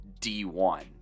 D1